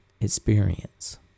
experience